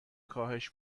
کاهش